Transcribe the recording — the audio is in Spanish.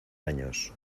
años